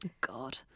God